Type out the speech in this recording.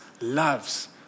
loves